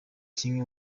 kimwe